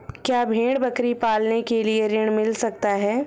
क्या भेड़ बकरी पालने के लिए ऋण मिल सकता है?